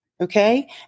Okay